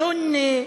סוני.